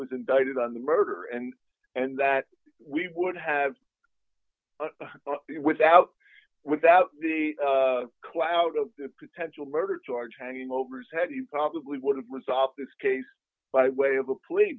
was indicted on the murder and and that we would have without without the cloud of potential murder charge hanging over his head he probably would have resolved this case by way of a pl